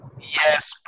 yes